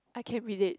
I can relate